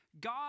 God